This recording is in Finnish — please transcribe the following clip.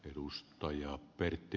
arvoisa puhemies